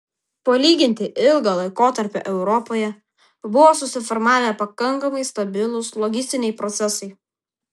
palyginti ilgą laikotarpį europoje buvo susiformavę pakankamai stabilūs logistiniai procesai